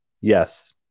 Yes